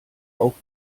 auch